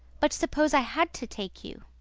but suppose i had to take you?